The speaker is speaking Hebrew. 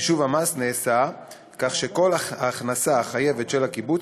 חישוב המס נעשה כך שכל ההכנסה החייבת של הקיבוץ